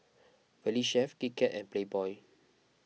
Valley Chef Kit Kat and Playboy